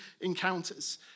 encounters